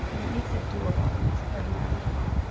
it makes it do-able. it makes it very manageable.